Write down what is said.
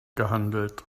gehandelt